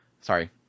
Sorry